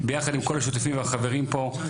ביחד עם כל השותפים והחברים פה,